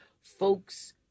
folks